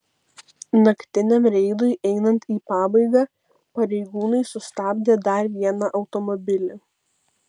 naktiniam reidui einant į pabaigą pareigūnai sustabdė dar vieną automobilį